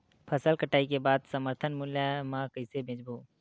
फसल कटाई के बाद समर्थन मूल्य मा कइसे बेचबो?